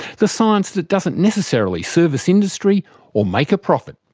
the science that doesn't necessarily service industry or make a profit.